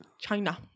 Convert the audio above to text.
China